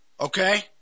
okay